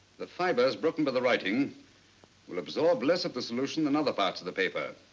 the fibers broken by the writing will absorbed less of the solution than other parts of the paper.